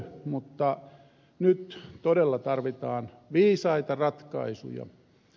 mutta nyt todella tarvitaan viisaita ratkaisuja